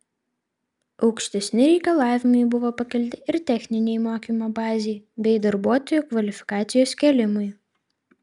aukštesni reikalavimai buvo pakelti ir techninei mokymo bazei bei darbuotojų kvalifikacijos kėlimui